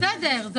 אני